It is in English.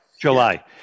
July